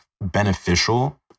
beneficial